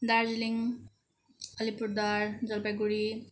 Darjeeling Alipurduar Jalpaiguri